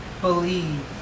believe